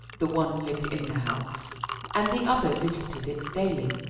the one lived in the house and the other visited it daily.